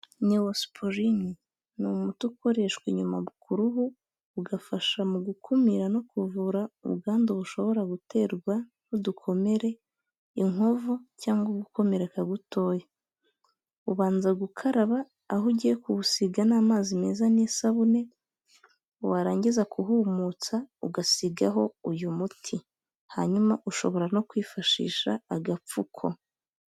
Neosporin ni umuti ukoreshwa inyuma ku ruhu, ugafasha mu gukumira no kuvura ubwandu bushobora guterwa n'udukomere, inkovu cyangwa gukomereka gutoya. Ubanza gukaraba aho ugiye kuwusiga n'amazi meza n'isabune, warangiza kuhumutsa ugasigaho uyu muti. Hanyuma ushobora no kwifashisha agapfuko.